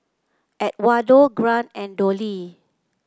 Edwardo Grant and Dollye